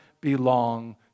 belong